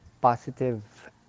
positive